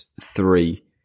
three